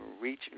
reach